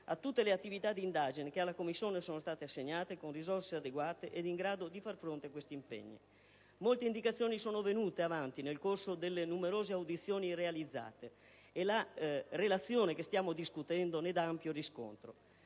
a tutte le attività di indagine che alla Commissione sono state assegnate, con risorse adeguate e in grado di consentire di far fronte a questi impegni. Molte indicazioni sono venute nel corso delle numerose audizioni svolte, e la relazione che stiamo discutendo ne dà ampio riscontro.